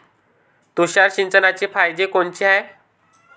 तुषार सिंचनाचे फायदे कोनचे हाये?